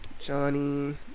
Johnny